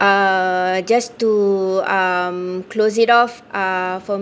uh just to um close it off uh for